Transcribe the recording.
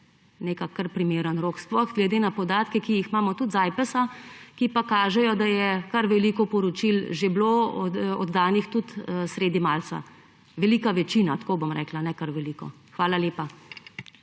kar primeren rok. Sploh glede na podatke, ki jih imamo tudi z Ajpesa, ki kažejo, da je kar veliko poročil že bilo oddanih tudi sredi marca. Velika večina, tako bom rekla, ne kar veliko. Hvala lepa.